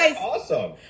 awesome